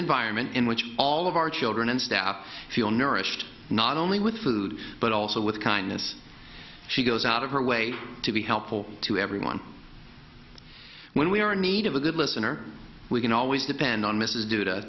environment in which all of our children and staff feel nourished not only with food but also with kindness she goes out of her way to be helpful to everyone when we are in need of a good listener we can always depend on mrs du